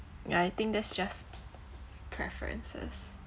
yeah I think that's just preferences